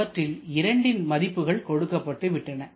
அவற்றில் இரண்டின் மதிப்புகள் கொடுக்கப்பட்டு விட்டன